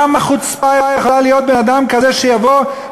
כמה חוצפה יכולה להיות לבן-אדם כזה שיבוא,